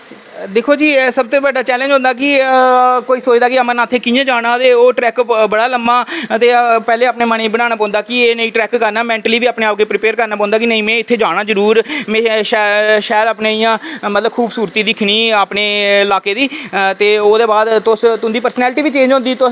दिक्खो जी सब तू बड्डा चैलेंज होंदा कि कोई सोचदा कि अमरनाथ कि'यां जाना ते ओह् ट्रैक बड़ा लम्मा ते पैह्लें अपने मनै गी बनाना पौंदा कि एह् नेईं ट्रैक करना मैंटली बी अपने आप गी प्रीपेअर करना पौंदा कि नेईं में इत्थै जाना जरूर में शैल मतलब इंया खूबसूरती दिक्खनी अपने लाकै दी ते ओह्दे बाद तुं'दी पर्सनेलिटी बी चेंज होंदी